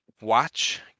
watch